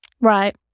Right